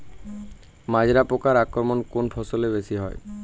মাজরা পোকার আক্রমণ কোন ফসলে বেশি হয়?